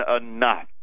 enough